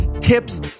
tips